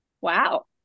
Wow